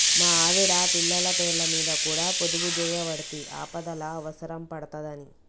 మా ఆవిడ, పిల్లల పేర్లమీద కూడ పొదుపుజేయవడ్తి, ఆపదల అవుసరం పడ్తదని